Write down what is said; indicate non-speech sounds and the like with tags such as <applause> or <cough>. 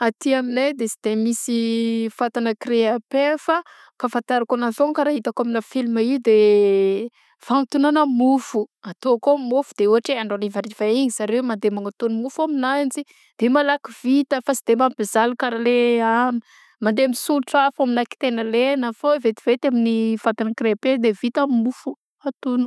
Aty aminay de sy de misy fatana grille a pain fa fafantarako ananzy foagnany karaha itako aminà film i de <hesitation> fanontognôna mofo atao akao mofo de ôhatra andro arivariva igny zareo mandeha magnatono mofo aminanjy de malaky vita fa de sy de mampizaly karaha le a <hesitation> le mandeha misorotra afo aminà kiteigna lena foagna vetivety amy fatana grille à pain de vita ny mofo atono.